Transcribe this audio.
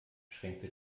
schränkte